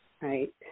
right